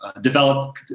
develop